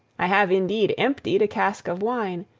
i have indeed emptied a cask of wine,